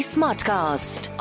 Smartcast